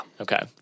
Okay